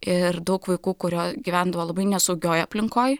ir daug vaikų kurio gyvendavo labai nesaugioj aplinkoj